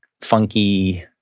funky